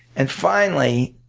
and finally